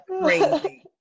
crazy